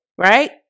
Right